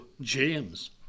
James